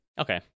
Okay